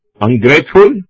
Ungrateful